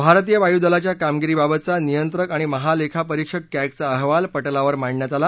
भारतीय वायुदलाच्या कामगिरीबाबतचा नियंत्रक आणि महालेखापरिक्षक क्रीमा अहवाल पटलावर मांडण्यात आला